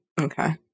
Okay